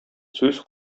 сүз